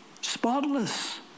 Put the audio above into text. spotless